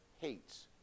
hates